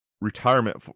retirement